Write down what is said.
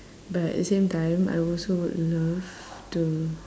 but at the same time I would also love to